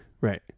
right